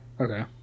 Okay